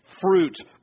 Fruit